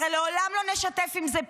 הרי לעולם לא נשתף עם זה פעולה.